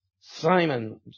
Simon